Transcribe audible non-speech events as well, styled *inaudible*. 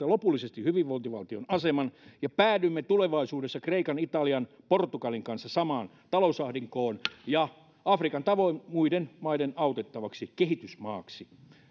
*unintelligible* lopullisesti hyvinvointivaltion aseman ja päädymme tulevaisuudessa kreikan italian ja portugalin kanssa samaan talousahdinkoon ja afrikan tavoin muiden maiden autettavaksi kehitysmaaksi